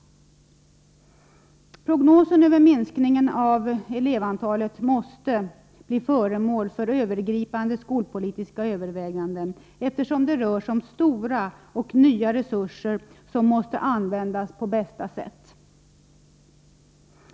Prognosen över minskningen av elevantalet borde bli föremål för övergripande skolpolitiska överväganden, eftersom det rör sig om stora och nya resurser som måste användas på bästa sätt.